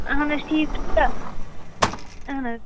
اہن حظ ٹھیٖک چھُ اہن حظ